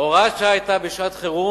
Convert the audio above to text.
הוראת השעה היתה בשעת-חירום,